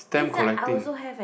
stamp collecting